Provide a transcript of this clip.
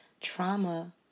Trauma